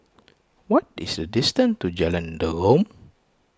what is the distance to Jalan Derum